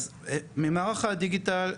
אז ממערך הדיגיטל,